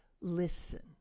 listen